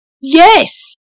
Yes